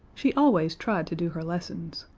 she always tried to do her lessons.